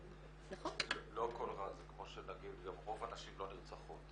--- זה כמו שנגיד גם רוב הנשים לא נרצחות,